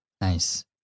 nice